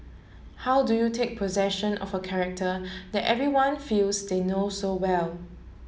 how do you take possession of a character that everyone feels they know so well